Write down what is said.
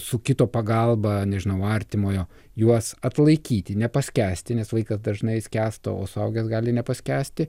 su kito pagalba nežinau artimojo juos atlaikyti nepaskęsti nes vaikas dažnai skęsta o suaugęs gali nepaskęsti